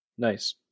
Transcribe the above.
Nice